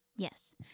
Yes